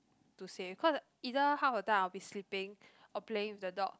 to save cause either half the time I'll be sleeping or playing with the dog